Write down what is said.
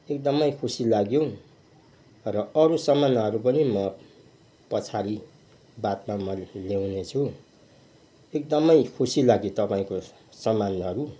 एकदमै खुसी लाग्यो र अरू सामानहरू पनि म पछाडि बादमा म ल्याउनेछु एकदमै खुसी लाग्यो तपाईँको सामानहरू